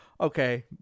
okay